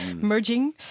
merging